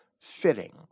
fitting